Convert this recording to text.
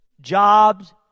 jobs